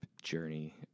journey